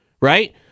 right